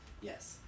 Yes